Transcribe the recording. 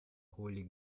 holy